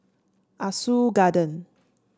Ah Soo Garden